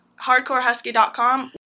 hardcorehusky.com